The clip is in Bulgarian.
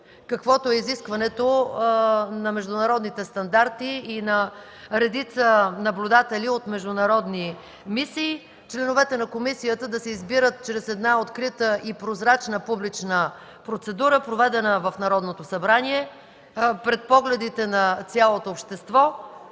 каквото е изискването на международните стандарти и на редица наблюдатели от международни мисии – членовете на комисията да се избират чрез открита и прозрачна публична процедура, проведена в Народното събрание пред погледите на цялото общество,